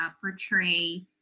portray